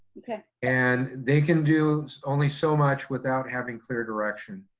and they can do only so much without having clear direction.